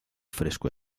fresco